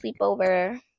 sleepover